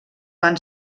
van